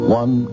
one